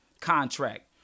contract